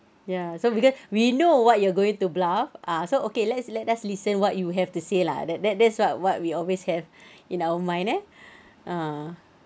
ya so because we know what you are going to bluff ah so okay let's let us listen what you have to say lah that that that's what what we always have in our mind eh ah